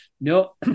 no